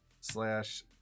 slash